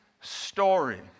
story